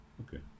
Okay